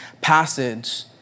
passage